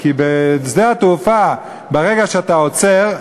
כי בנמל התעופה, ברגע שאתה עוצר,